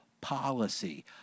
policy